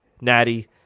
Natty